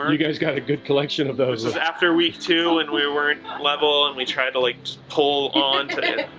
um you guys got a good collection of those. this was after week two and we weren't level and we tried to like pull on today.